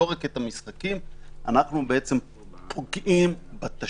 לא רק את המשחקים, אנחנו פוגעים בתשתית